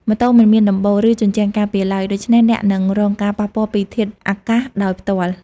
ម៉ូតូមិនមានដំបូល ឬជញ្ជាំងការពារឡើយ។ ដូច្នេះអ្នកនឹង រងការប៉ះពាល់ពីធាតុអាកាសដោយផ្ទាល់។